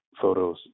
photos